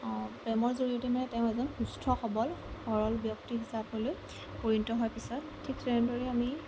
অঁ প্ৰেমৰ জৰিয়তে মানে তেওঁ এজন সুস্থ সবল সৰল ব্যক্তি হিচাপলৈ পৰিণীত হোৱাৰ পিছত ঠিক তেনেদৰে আমি